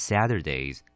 Saturdays